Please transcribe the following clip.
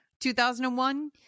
2001